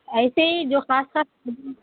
ایسے ہی جو خاص خاص